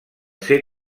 ser